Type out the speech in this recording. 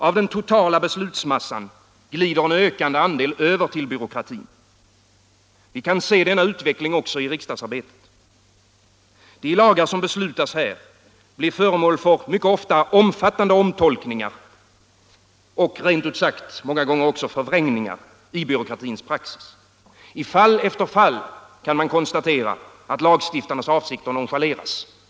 Av den totala beslutsmassan glider en ökande andel över till byråkratin. Vi kan se denna utveckling också i riksdagsarbetet. De lagar som beslutas här blir föremål för ofta omfattande omtolkningar och — rent ut sagt — många gånger förvrängningar i byråkratins praxis. I fall efter fall kan man konstatera, att lagstiftarnas avsikter nonchaleras.